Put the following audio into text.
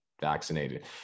vaccinated